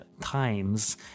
times